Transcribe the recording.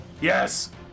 Yes